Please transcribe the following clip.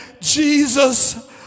Jesus